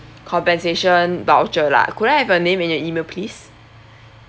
compensation voucher lah could I have your name and your email please